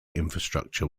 infrastructure